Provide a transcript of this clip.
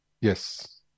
Yes